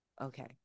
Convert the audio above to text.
okay